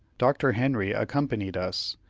dr. henry accompanied us,